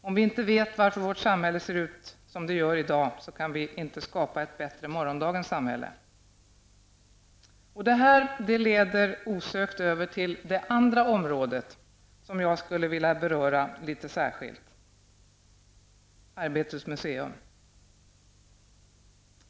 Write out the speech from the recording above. Om vi inte vet varför vårt samhälle ser ut som det gör i dag, kan vi inte skapa ett bättre morgondagens samhälle. Detta leder osökt över till det andra område som jag skulle vilja beröra litet särskilt -- Arbetets museum.